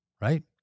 Right